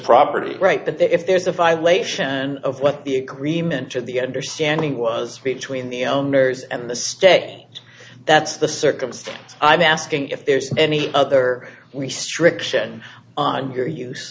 property right that that if there's a violation of what the agreement to the understanding was between the owners and the stay that's the circumstance i'm asking if there's any other restriction on your use